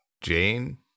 Jane